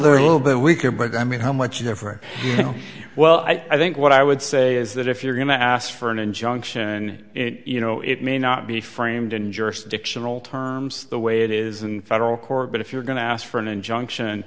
they're a little bit weaker but i mean how much different well i think what i would say is that if you're going to ask for an injunction you know it may not be framed in jurisdictional terms the way it is in federal court but if you're going to ask for an injunction